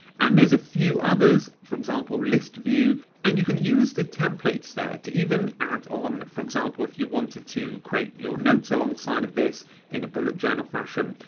and there's a few others, for example, list view and you can use the template stat even add on for example, if you wanted to create your notes alongside of this in a bullet journal fashion,